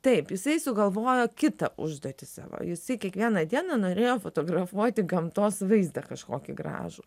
taip jisai sugalvojo kitą užduotį savo jisai kiekvieną dieną norėjo fotografuoti gamtos vaizdą kažkokį gražų